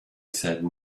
said